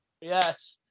Yes